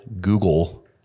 Google